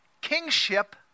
kingship